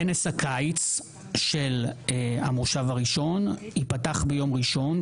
כנס הקיץ של המושב הראשון ייפתח ביום ראשון,